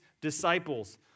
disciples